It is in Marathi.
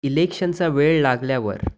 इलेक्शनचा वेळ लागल्यावर